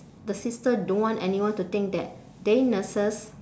the sister don't want anyone to think that they nurses